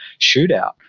shootout